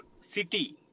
city